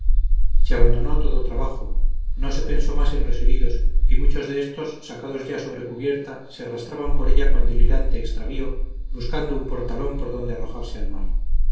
se abandonó todo trabajo no se pensó más en los heridos y muchos de éstos sacados ya sobre cubierta se arrastraban por ella con delirante extravío buscando un portalón por donde arrojarse al mar